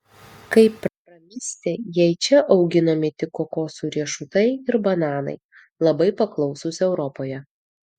kaip pramisti jei čia auginami tik kokosų riešutai ir bananai labai paklausūs europoje